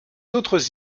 autres